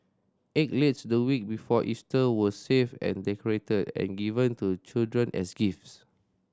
egg laid the week before Easter were saved and decorated and given to children as gifts